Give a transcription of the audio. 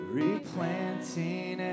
replanting